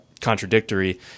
contradictory